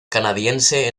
canadiense